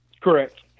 correct